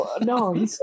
No